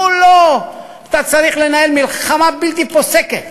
כולו, אתה צריך לנהל מלחמה בלתי פוסקת